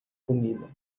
comida